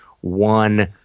one